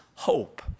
Hope